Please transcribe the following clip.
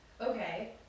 Okay